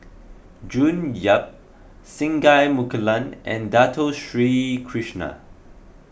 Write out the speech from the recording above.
June Yap Singai Mukilan and Dato Sri Krishna